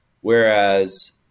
Whereas